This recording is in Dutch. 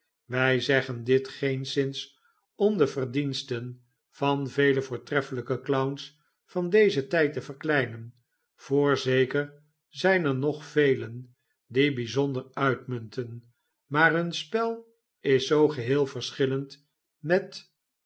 wij zeggen dit geenszins om de verdiensten van vele voortreffelijke clowns van dezen tijd te verkleinen voorzeker zijn er nog velen die bijzonder uifcmunten maar hun spel is zoo geheel verschillend met